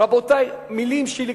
מלים שלי,